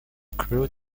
crude